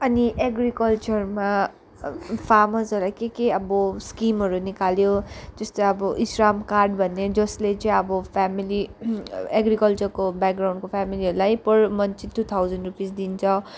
अनि एग्रिकल्चरमा फार्मर्सहरूलाई के के अब स्किमहरू निकाल्यो जस्तै अब ई श्रम कार्ड भन्ने जसले चाहिँ अब फ्यामिली एग्रिकल्चरको ब्याकग्राउन्डको फ्यामिलीहरूलाई per month two thousand rupees दिन्छ